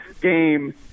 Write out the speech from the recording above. game